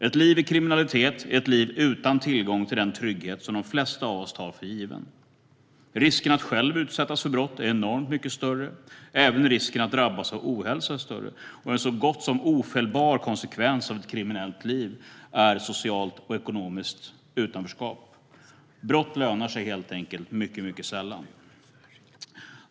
Ett liv i kriminalitet är ett liv utan tillgång till den trygghet som de flesta av oss tar för given. Risken att själv utsättas för brott är enormt mycket större. Även risken att drabbas av ohälsa är större, och en så gott som ofelbar konsekvens av ett kriminellt liv är socialt och ekonomiskt utanförskap. Brott lönar sig helt enkelt mycket sällan.